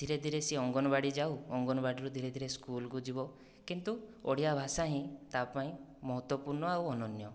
ଧୀରେ ଧୀରେ ସିଏ ଅଙ୍ଗନବାଡ଼ି ଯାଉ ଅଙ୍ଗନବାଡ଼ିରୁ ଧୀରେ ଧୀରେ ସ୍କୁଲକୁ ଯିବ କିନ୍ତୁ ଓଡ଼ିଆ ଭାଷା ହିଁ ତା' ପାଇଁ ମହତ୍ଵପୁର୍ଣ ଆଉ ଅନନ୍ୟ